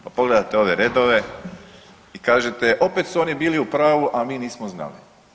Pa pogledajte ove redove i kažete opet su oni bili u pravu, a mi nismo znali.